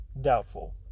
doubtful